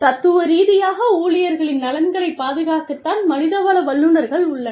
தத்துவ ரீதியாக ஊழியர்களின் நலன்களைப் பாதுகாக்க தான் மனிதவள வல்லுநர்கள் உள்ளனர்